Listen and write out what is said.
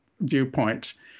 viewpoints